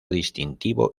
distintivo